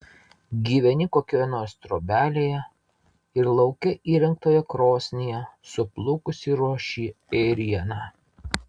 gyveni kokioje nors trobelėje ir lauke įrengtoje krosnyje suplukusi ruoši ėrieną